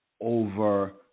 over